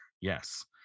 Yes